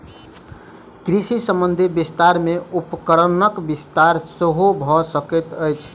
कृषि संबंधी विस्तार मे उपकरणक विस्तार सेहो भ सकैत अछि